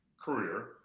career